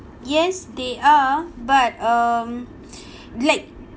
yes they are but um like